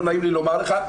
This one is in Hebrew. לא נעים לי לומר לך,